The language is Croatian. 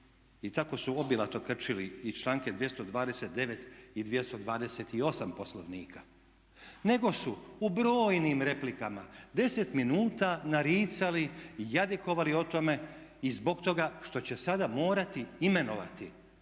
i tako su obilato krčili i članke 229. i 228. Poslovnika nego su u brojnim replikama 10 minuta naricali i jadikovali o tome i zbog toga što će sada morati imenovati